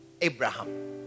Abraham